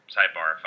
Sidebar